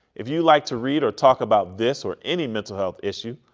if you'd like to read or talk about this or any mental health issue,